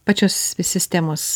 pačios sistemos